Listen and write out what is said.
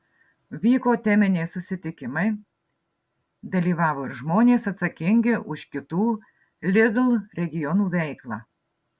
vyko teminiai susitikimai dalyvavo ir žmonės atsakingi už kitų lidl regionų veiklą